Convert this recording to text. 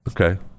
Okay